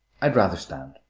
i'd rather stand.